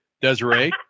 Desiree